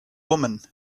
woman